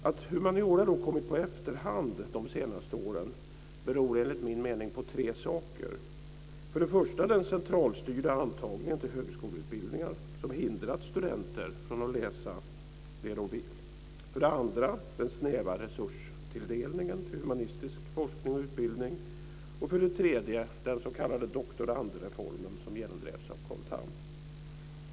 Att humaniora kommit på efterkälken under de senaste åren beror enligt min mening på tre saker, för det första den centralstyrda antagningen till högskoleutbildningar som hindrat studenter från att läsa det som de vill, för det andra den snäva resurstilldelningen till humanistisk forskning och utbildning och för det tredje den s.k. doktorandreformen som genomdrevs av Carl Tham.